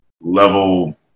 level